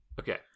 okay